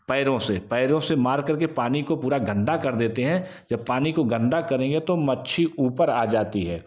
पैरों से पैरों से मार कर के पानी को पूरा गन्दा कर देते हैं जब पानी को गन्दा करेंगे तो मच्छी ऊपर आ जाती है